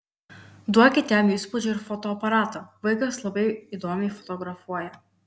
duokit jam įspūdžių ir fotoaparatą vaikas labai įdomiai fotografuoja